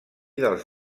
dels